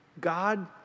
God